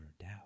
doubt